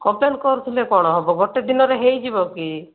complain କରୁଥିଲେ କଣ ହେବ ଗୋଟିଏ ଦିନରେ ହୋଇଯିବ କି